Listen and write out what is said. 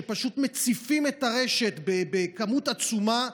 שפשוט מציפים את הרשת בכמות עצומה,